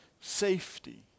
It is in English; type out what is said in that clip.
safety